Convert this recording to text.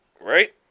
right